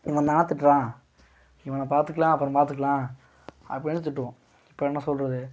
இவன் என்னை திட்டுறான் இவனை பார்த்துக்கலாம் அப்பறம் பார்த்துக்கலாம் அப்படின்னு திட்டுவோம் இப்போ என்ன சொல்கிறது